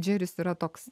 džeris yra toks